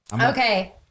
okay